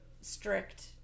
strict